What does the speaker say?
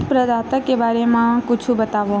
प्रदाता के बारे मा कुछु बतावव?